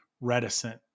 reticent